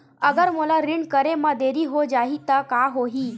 अगर मोला ऋण करे म देरी हो जाहि त का होही?